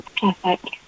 Perfect